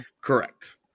correct